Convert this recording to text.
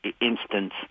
instance